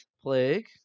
plague